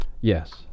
Yes